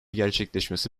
gerçekleşmesi